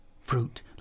Fruit